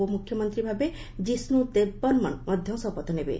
ଉପମ୍ରଖ୍ୟମନ୍ତ୍ରୀ ଭାବେ ଜିସ୍କ ଦେବବର୍ମନ ମଧ୍ୟ ଶପଥ ନେବେ